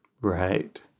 Right